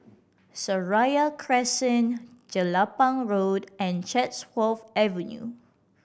Seraya Crescent Jelapang Road and Chatsworth Avenue